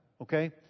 Okay